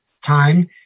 time